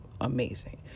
amazing